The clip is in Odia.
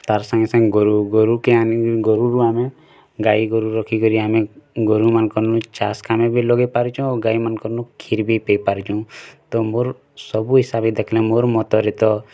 ତାର୍ ସାଙ୍ଗେ ସାଙ୍ଗେ ଗୋରୁ ଗୋରୁ କେ ଆମେ ଗୋରୁରୁ ଆମେ ଗାଈ ଗୋରୁ ରଖି କରି ଆମେ ଗୋରୁ ମାନଙ୍କନୁ ଆମେ ଚାଷ୍ କାମ ବି ଲଗେଇ ପାରୁଛୁ ଗାଈ ମାନଙ୍କନୁ କ୍ଷୀର୍ ବି ପି ପାରୁ୍ଛୁ ତ ମୋର ସବୁ ହିସାବେ ଦେଖ୍ଲେ ମୋର ମତରେ ତ